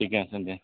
ঠিকে আছে তেন্তে